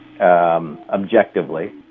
objectively